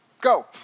go